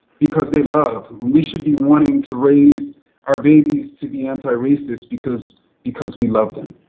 because they love. we should be wanting to raise our babies to be antiracist, because because we love them.